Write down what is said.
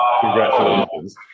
congratulations